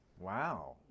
Wow